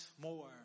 more